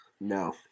No